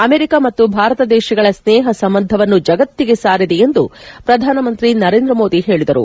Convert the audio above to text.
America ಮತ್ತು ಭಾರತ ದೇಶಗಳ ಸ್ನೇಪ ಸಂಬಂಧವನ್ನು ಜಗತ್ತಿಗೆ ಸಾರಿದೆ ಎಂದು ಪ್ರಧಾನಮಂತ್ರಿ ನರೇಂದ್ರ ಮೋದಿ ಹೇಳಿದರು